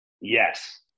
yes